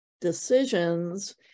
decisions